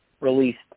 released